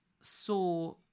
saw